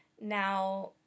now